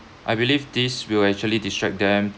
I believe this will actually distract them